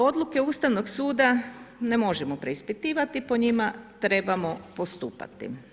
Odluka Ustavnog suda, ne možemo preispitivati, po njima trebamo postupati.